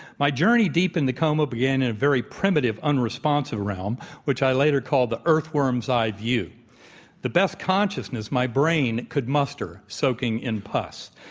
my journey deep in the coma began in a very primitive unresponsive realm, which i later called the earthworm's eye-view, the best consciousness my brain could muster, soaking in pus.